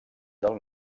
del